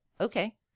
okay